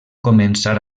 començar